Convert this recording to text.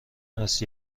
است